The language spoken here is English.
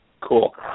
Cool